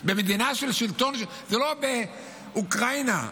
זה לא באוקראינה,